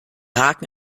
haken